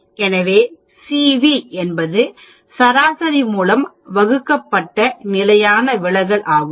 எனவே CV என்பது சராசரி மூலம் வகுக்கப்பட்ட நிலையான விலகல் ஆகும்